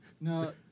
No